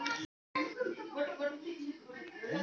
నేను నా PAN card డేటాను అప్లోడ్ చేయడం ఎలా?